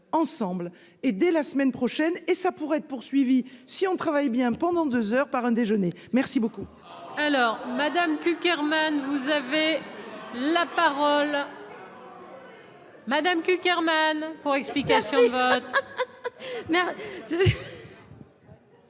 ensemble et dès la semaine prochaine et ça pourrait être poursuivi si on travaille bien, pendant 2 heures par un déjeuner merci beaucoup.